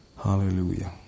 Hallelujah